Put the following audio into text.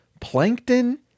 Plankton